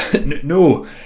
no